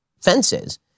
fences